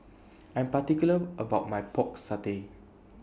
I'm particular about My Pork Satay